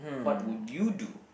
what would you do